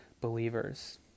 believers